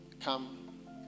come